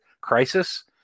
crisis